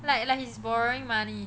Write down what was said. like like he's borrowing money